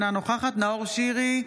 אינה נוכחת נאור שירי,